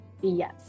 Yes